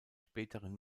späteren